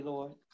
Lord